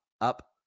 up